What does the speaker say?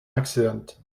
accident